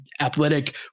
athletic